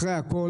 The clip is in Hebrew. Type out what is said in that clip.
אחרי הכול,